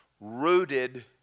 rooted